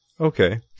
Okay